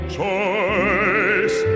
choice